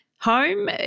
home